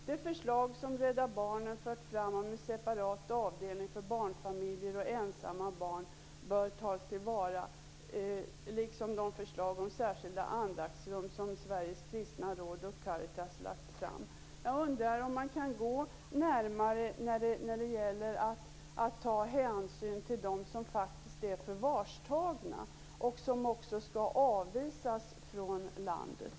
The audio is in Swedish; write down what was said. Det förslag som Rädda Barnen fört fram om en separat avdelning för barnfamiljer och ensamma barn bör tas till vara, liksom de förslag om särskilda andaktsrum som Sveriges Kristna Råd och Caritas lagt fram. Jag undrar om man kan komma närmare när det gäller att ta hänsyn till dem som faktiskt är förvarstagna och som skall avvisas från landet.